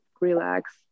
relax